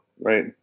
right